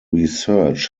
research